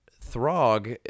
Throg